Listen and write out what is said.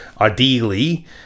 ideally